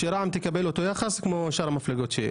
-- שרע"מ תקבל אותו יחס כמו שאר המפלגות.